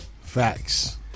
Facts